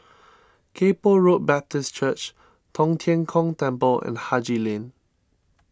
Kay Poh Road Baptist Church Tong Tien Kung Temple and Haji Lane